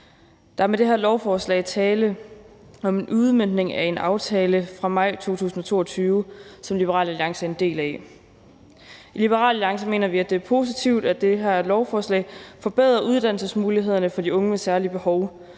Der er med det her forslag tale om en udmøntning af en aftale fra maj 2022, som Liberal Alliance er en del af. I Liberal Alliance mener vi, det er positivt, at det her lovforslag forbedrer uddannelsesmulighederne for de unge med særlige behov.